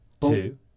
Two